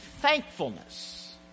thankfulness